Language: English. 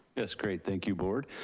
that's great, thank you board.